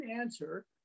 answer